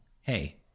hey